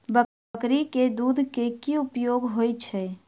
बकरी केँ दुध केँ की उपयोग होइ छै?